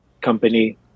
Company